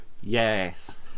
Yes